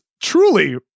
truly